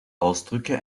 ausdrücke